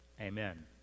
Amen